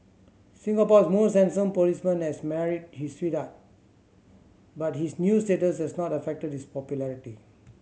Singapore's most handsome policeman has married his sweetheart but his new status has not affected this popularity